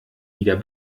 wieder